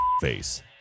Face